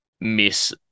miss